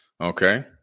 Okay